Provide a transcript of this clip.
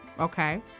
Okay